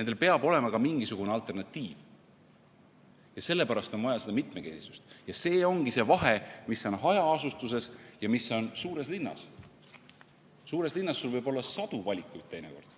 Neil peab olema ka mingisugune alternatiiv. Ja sellepärast on vaja mitmekesisust. Ja siin ongi vahe, kas tegu on hajaasustusega või suure linnaga. Suures linnas sul võib olla sadu valikuid teinekord,